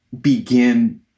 begin